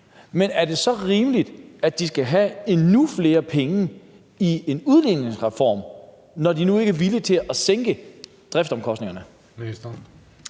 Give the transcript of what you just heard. Men er det så rimeligt, at de skal have endnu flere penge i en udligningsreform, når de nu ikke er villige til at sænke driftsomkostningerne?